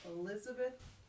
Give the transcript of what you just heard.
Elizabeth